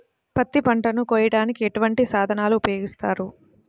పత్తి పంటను కోయటానికి ఎటువంటి సాధనలు ఉపయోగిస్తారు?